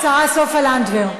השרה סופה לנדבר.